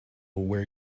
where